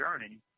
journey